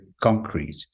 concrete